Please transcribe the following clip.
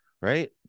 Right